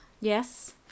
Yes